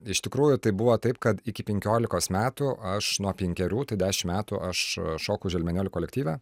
iš tikrųjų tai buvo taip kad iki penkiolikos metų aš nuo penkerių tai dešimt metų aš šokau želmenėlių kolektyve